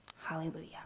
Hallelujah